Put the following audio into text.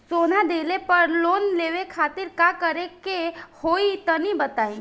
सोना दिहले पर लोन लेवे खातिर का करे क होई तनि बताई?